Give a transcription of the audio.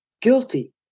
guilty